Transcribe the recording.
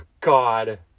God